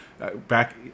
back